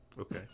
Okay